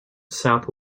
south